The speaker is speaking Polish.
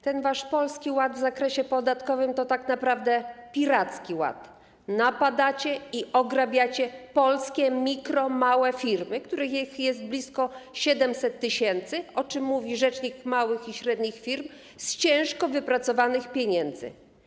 Ten wasz polski ład w zakresie podatkowym to tak naprawdę piracki ład, napadacie i ograbiacie polskie mikro-, małe firmy, których jest blisko 700 tys., o czym mówi rzecznik małych i średnich firm z ciężko wypracowanych pieniędzy.